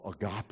agape